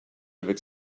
avec